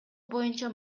боюнча